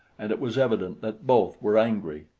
and it was evident that both were angry.